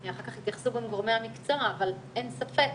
אחר כך יתייחסו גם גורמי המקצוע, אבל אין ספק,